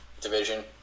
division